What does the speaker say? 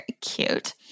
cute